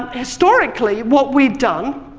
historically what we've done